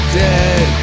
dead